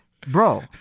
Bro